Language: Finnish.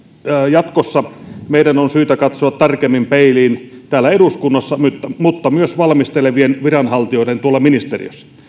jatkossa meidän on syytä katsoa tarkemmin peiliin täällä eduskunnassa mutta mutta myös valmistelevien viranhaltijoiden tuolla ministeriössä